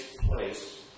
place